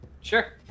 sure